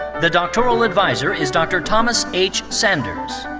the doctoral adviser is dr. thomas h. sanders.